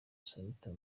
shanitah